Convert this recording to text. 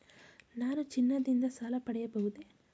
ನಾನು ಚಿನ್ನದಿಂದ ಸಾಲ ಪಡೆಯಬಹುದೇ?